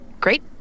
great